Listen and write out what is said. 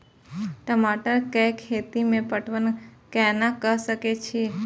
टमाटर कै खैती में पटवन कैना क सके छी?